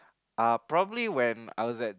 uh probably when I was at